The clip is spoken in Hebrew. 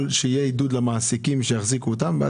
בוודאי.